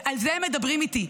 על זה הם מדברים איתי.